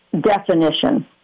definition